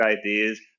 ideas